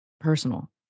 personal